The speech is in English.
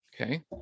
okay